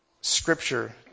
scripture